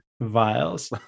vials